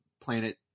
planet